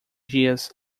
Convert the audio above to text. dias